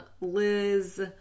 Liz